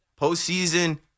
postseason